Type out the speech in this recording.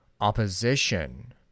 opposition